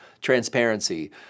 transparency